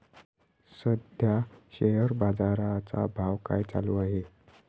सध्या शेअर बाजारा चा भाव काय चालू आहे?